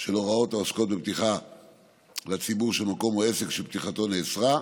של הוראות העוסקות בפתיחה לציבור של מקום או עסק שפתיחתו נאסרה,